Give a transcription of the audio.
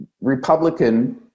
Republican